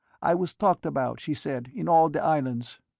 i was talked about, she said, in all the islands.